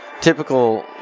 typical